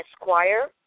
Esquire